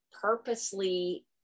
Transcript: purposely